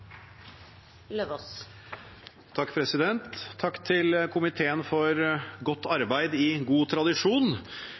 anses vedtatt. Takk til komiteen for godt